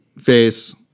face